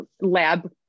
lab